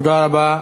תודה רבה.